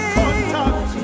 contact